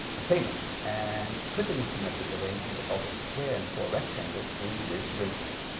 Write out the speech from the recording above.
a famous and prettily symmetric arrangement of a square and four rectangles is this windmill.